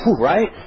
Right